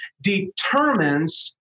determines